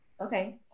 Okay